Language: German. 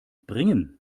bringen